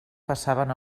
passaven